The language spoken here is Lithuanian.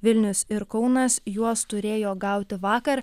vilnius ir kaunas juos turėjo gauti vakar